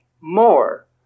more